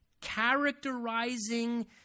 characterizing